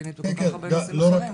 הפלסטינית בכל כך הרבה נושאים אחרים.